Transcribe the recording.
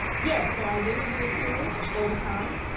yeah so identity is fluid overtime.